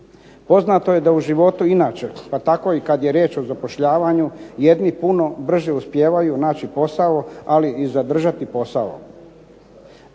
Poznato je da u životu inače, pa tako i kad je riječ o zapošljavanju jedni puno brže uspijevaju naći posao ali i zadržati posao.